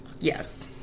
Yes